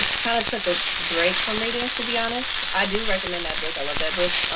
kind of took a break from reading, to be honest. i do recommend that book. i love that book.